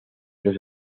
los